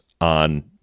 on –